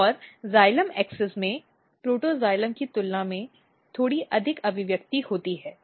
और जाइलम अक्ष में प्रोटोक्साइलम की तुलना में थोड़ी अधिक अभिव्यक्ति होती है